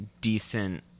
decent